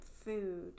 food